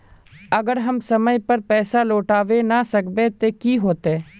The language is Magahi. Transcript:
अगर हम समय पर पैसा लौटावे ना सकबे ते की होते?